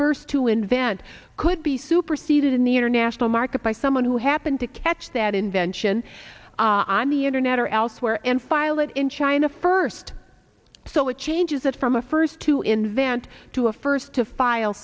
first to invent could be superseded in the international market by someone who happened to catch that invent i'm the internet or elsewhere and file it in china first so it changes that from a first to invent to a first to file